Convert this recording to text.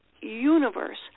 universe